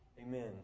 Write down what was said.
Amen